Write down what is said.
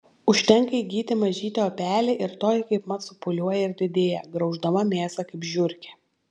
užtenka įgyti mažytį opelę ir toji kaipmat supūliuoja ir didėja grauždama mėsą kaip žiurkė